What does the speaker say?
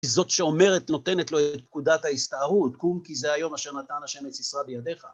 זאת שאומרת נותנת לו את נקודת ההסתערות, קום כי זה היום אשר נתן השם את סיסרא בידיך.